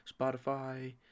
Spotify